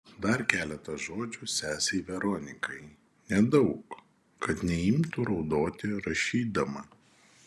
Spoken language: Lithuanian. dar keletą žodžių sesei veronikai nedaug kad neimtų raudoti rašydama